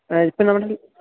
ആ ഇപ്പോള് നമ്മുടെ കയ്യില്